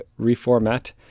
reformat